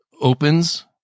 opens